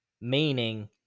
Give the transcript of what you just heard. meaning